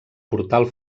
portal